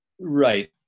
Right